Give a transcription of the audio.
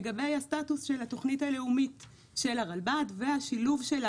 לגבי סטטוס התוכנית הלאומית של הרלב"ד ושילובה